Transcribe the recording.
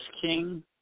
King